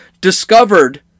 discovered